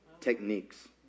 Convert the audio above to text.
Techniques